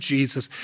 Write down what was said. Jesus